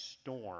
storm